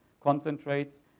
concentrates